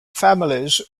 families